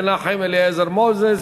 מנחם אליעזר מוזס,